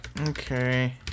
Okay